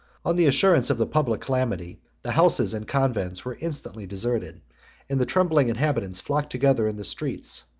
on the assurance of the public calamity, the houses and convents were instantly deserted and the trembling inhabitants flocked together in the streets,